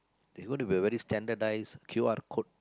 there will be gonna be a very standardised Q_R code